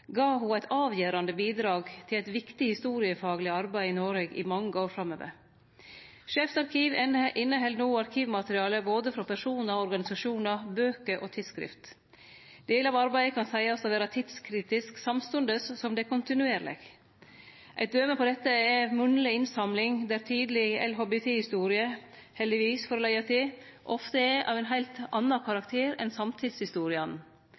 gav ho eit avgjerande bidrag til eit viktig historiefagleg arbeid i Noreg i mange år framover. Skeivt arkiv inneheld no arkivmateriale både frå personar og organisasjonar, bøker og tidsskrift. Delar av arbeidet kan seiast å vere tidskritisk, samstundes som det er kontinuerleg. Eit døme på dette er munnleg innsamling, der tidleg LHBT-historie – heldigvis, får eg leggje til – ofte er av ein heilt